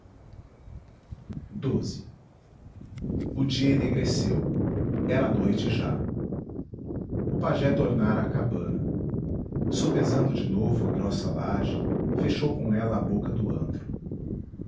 o dia enegreceu era noite já o pajé tornara à cabana sopesando de novo a grossa laje fechou com ela a boca do antro